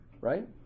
Right